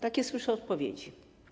Takie słyszę wypowiedzi.